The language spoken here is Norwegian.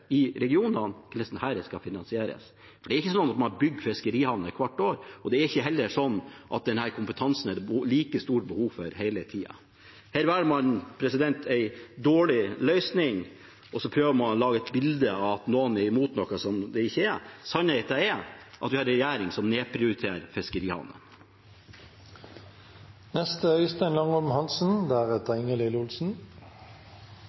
i regionene, for man bygger ikke fiskerihavner hvert år. Det er heller ikke like stort behov for denne kompetansen hele tiden. Her velger man en dårlig løsning, og så prøver man å lage et bilde av at noen er imot noe, når man ikke er det. Sannheten er at vi har en regjering som nedprioriterer